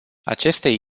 acestei